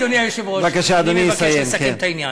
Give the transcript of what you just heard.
אדוני היושב-ראש, אני מבקש לסכם את העניין.